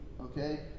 Okay